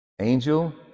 Angel